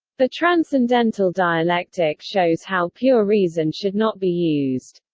the transcendental dialectic shows how pure reason should not be used.